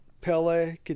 Pele